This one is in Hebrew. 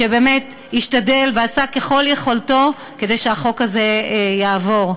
שבאמת השתדל ועשה ככל יכולתו כדי שהחוק הזה יעבור.